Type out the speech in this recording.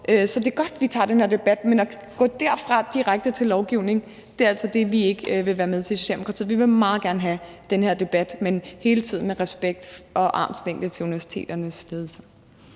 Så det er godt, vi tager den her debat, men at gå derfra og direkte til lovgivning er altså det, vi ikke vil være med til i Socialdemokratiet. Vi vil meget gerne have den her debat, men hele tiden med respekt for og armslængde til universiteternes ledelser.